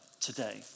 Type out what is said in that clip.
today